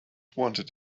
wanted